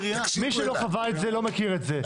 מי שלא חווה את זה לא מכיר את זה.